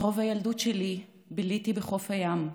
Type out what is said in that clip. את רוב הילדות שלי ביליתי בחוף הים,